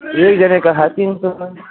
एक जने का है तीन सौ मैम